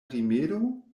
rimedo